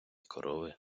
корови